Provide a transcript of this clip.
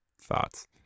thoughts